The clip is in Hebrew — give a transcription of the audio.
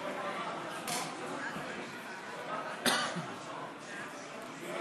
באה לדון ולקבוע כי מועד תשלום ההיטל בתוכנית כוללנית יהיה